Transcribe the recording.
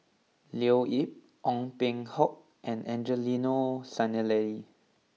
Leo Yip Ong Peng Hock and Angelo Sanelli